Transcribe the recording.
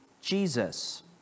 Jesus